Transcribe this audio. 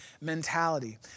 mentality